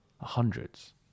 Hundreds